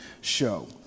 show